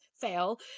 fail